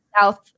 south